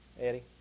Eddie